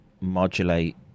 modulate